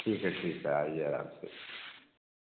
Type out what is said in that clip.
ठीक है ठीक है आईए अराम से